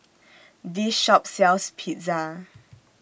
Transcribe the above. This Shop sells Pizza